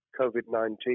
COVID-19